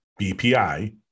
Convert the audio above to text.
BPI